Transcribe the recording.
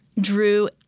Drew